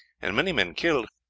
and many men killed,